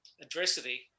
adversity